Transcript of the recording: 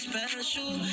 Special